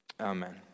Amen